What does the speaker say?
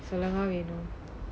சொல்லவா வேணும்:sollavaa venum